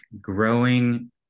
growing